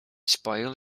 spoil